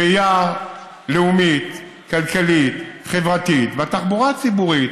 ראייה לאומית, כלכלית, חברתית, והתחבורה הציבורית